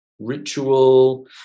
ritual